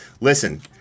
Listen